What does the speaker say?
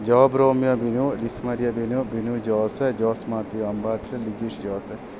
job Romeo Binu Liz Maria Binu Binu Jose Jose Mathew Ambash Lijeesh Jose